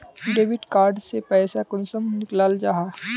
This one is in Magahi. डेबिट कार्ड से पैसा कुंसम निकलाल जाहा?